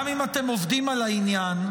גם אם אתם עובדים על העניין,